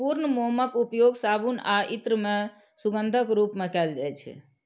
पूर्ण मोमक उपयोग साबुन आ इत्र मे सुगंधक रूप मे कैल जाइ छै